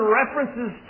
references